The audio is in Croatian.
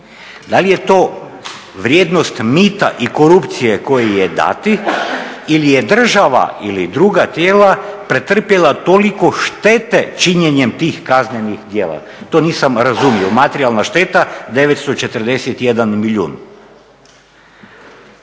Da li je to vrijednost mita i korupcije koji je dati ili je država ili druga tijela pretrpjela toliko štete činjenim tih kaznenih djela? To nisam razumio, materijalna šteta 941 milijun.